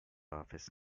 office